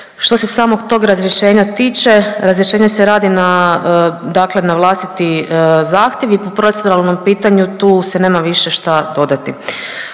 Što se samog tog razrješenja tiče, razrješenje se radi na vlastiti zahtjev i po proceduralnom pitanju tu se nema više šta dodati.